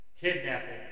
Kidnapping